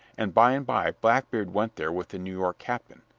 and by and by blackbeard went there with the new york captain,